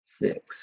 six